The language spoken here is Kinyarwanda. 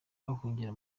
bahungira